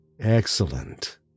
Excellent